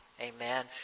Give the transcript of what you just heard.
Amen